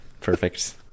perfect